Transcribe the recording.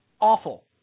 awful